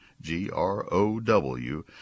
G-R-O-W